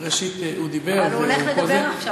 ראשית, הוא דיבר, והוא, אבל הוא הולך לדבר עכשיו.